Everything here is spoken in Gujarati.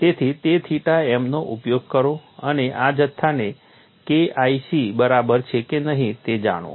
તેથી તે થીટા m નો ઉપયોગ કરો અને આ જથ્થો KIC બરાબર છે કે નહીં તે જાણો